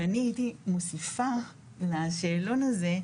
אני הייתי מוסיפה לשאלון הזה,